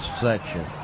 section